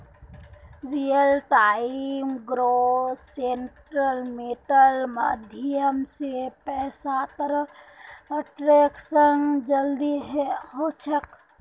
real time gross सेटलमेंटेर माध्यम स पैसातर ट्रांसैक्शन जल्दी ह छेक